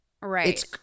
Right